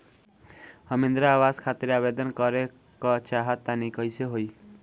हम इंद्रा आवास खातिर आवेदन करे क चाहऽ तनि कइसे होई?